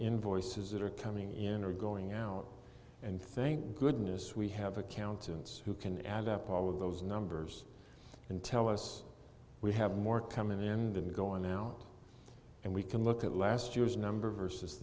invoices that are coming in or going out and thank goodness we have accountants who can add up all of those numbers and tell us we have more come in the end and go on out and we can look at last year's number versus